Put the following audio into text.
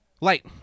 Light